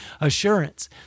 assurance